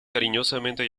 cariñosamente